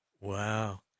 wow